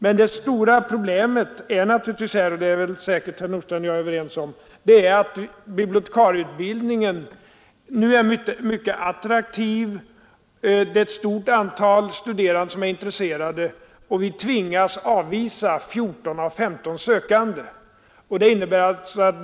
Men det stora problemet — det är säkert herr Nordstrandh och jag överens om — är att bibliotekarieutbildningen nu är mycket attraktiv. Ett stort antal studerande är intresserade, och vi tvingas avvisa 14 av 15 sökande.